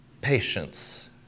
Patience